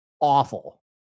awful